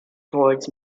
towards